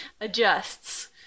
adjusts